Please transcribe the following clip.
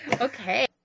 Okay